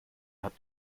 hat